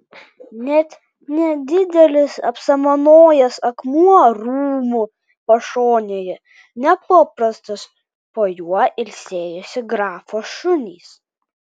net nedidelis apsamanojęs akmuo rūmų pašonėje nepaprastas po juo ilsėjosi grafo šunys